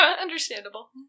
Understandable